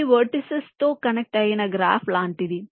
3 vertices తో connect అయిన graph లాంటిది